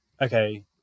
okay